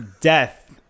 death